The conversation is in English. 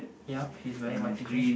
yup he is wearing white Tshirt